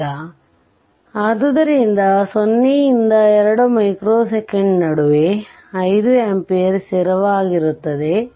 ಈಗ ಆದ್ದರಿಂದ 0 ರಿಂದ 2 ಮೈಕ್ರೋ ಸೆಕೆಂಡ್ ನಡುವೆ ಇದು 5 ampere ಸ್ಥಿರವಾಗಿರುತ್ತದೆ